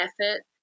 effort